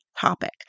topic